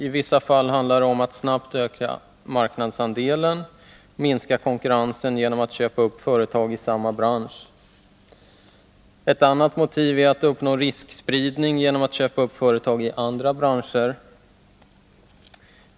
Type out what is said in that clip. I vissa fall handlar det om att snabbt öka marknadsandelen och minska konkurrensen genom att köpa upp företag i samma bransch. Ett annat motiv är att uppnå riskspridning genom att köpa upp företag i andra branscher.